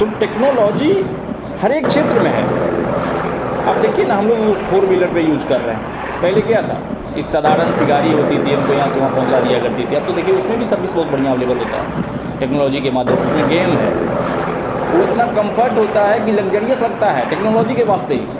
तो टेक्नोलॉजी हर एक क्षेत्र में है अब देखिए ना हम लोग फोर बिलर पर यूज कर रहे हैं पहले क्या था एक साधारण सी गाड़ी होती थी हमको यहाँ से वहाँ पहुँचा दिया करती थी अब तो देखिए उसमें भी सर्विस बहुत बढ़िया अव्लेब्ल होती है टेक्नोलॉजी के माध्यम से उसमें गेम है वह इतना कॉम्फर्ट होता है कि लगजरिय्स लगता है टेक्नोलॉजी के वास्ते